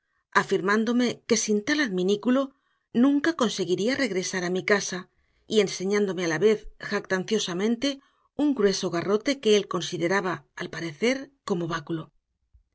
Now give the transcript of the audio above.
afirmándome que sin tal adminículo nunca conseguiría regresar a mi casa y enseñándome a la vez jactanciosamente un grueso garrote que él consideraba al parecer como báculo